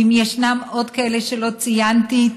ואם ישנם עוד כאלה שלא ציינתי,